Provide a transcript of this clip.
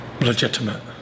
legitimate